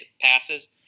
passes